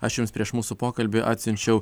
aš jums prieš mūsų pokalbį atsiunčiau